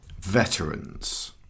veterans